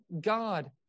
God